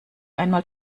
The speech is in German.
einmal